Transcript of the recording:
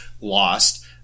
lost